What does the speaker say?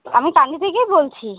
আমি তালদি থেকে বলছি